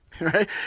right